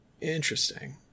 Interesting